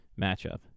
matchup